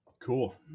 Cool